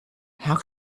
how